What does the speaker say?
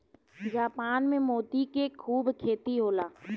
Japan में मोती के खूब खेती होला